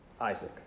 Isaac